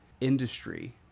industry